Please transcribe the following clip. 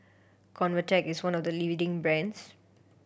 convatec is one of the leading brands